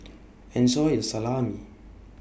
Enjoy your Salami